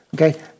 Okay